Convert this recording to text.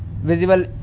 visible